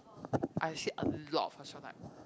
I see a lot of Herschel like